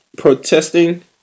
Protesting